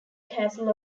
castle